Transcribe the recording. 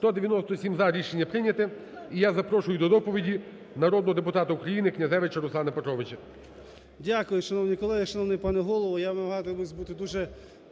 За-197 Рішення прийнято. І я запрошую до доповіді народного депутата України Князевича Руслана Петровича.